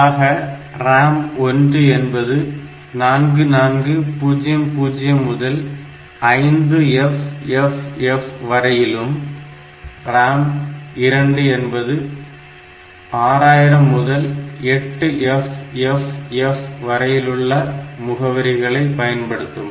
ஆக RAM1 என்பது 4400 முதல் 5FFF வரையிலும் RAM2 என்பது 6000 முதல் 8FFF வரையிலும் உள்ள முகவரிகளை பயன்படுத்தும்